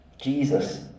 Jesus